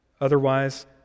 Otherwise